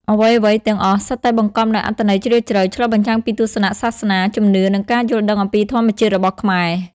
អ្វីៗទាំងអស់សុទ្ធតែបង្កប់នូវអត្ថន័យជ្រាលជ្រៅ ឆ្លុះបញ្ចាំងពីទស្សនៈសាសនា ជំនឿ និងការយល់ដឹងអំពីធម្មជាតិរបស់ខ្មែរ។